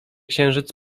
księżyc